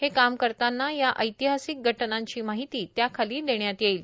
हे काम करताना या ऐतिहासिक घटनांची माहिती त्या खाली देण्यात येईल